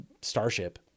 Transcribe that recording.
starship